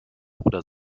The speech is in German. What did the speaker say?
oder